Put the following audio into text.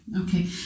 okay